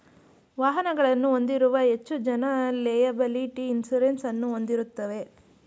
ವಾಹನಗಳನ್ನು ಹೊಂದಿರುವ ಹೆಚ್ಚು ಜನ ಲೆಯಬಲಿಟಿ ಇನ್ಸೂರೆನ್ಸ್ ಅನ್ನು ಹೊಂದಿರುತ್ತಾರೆ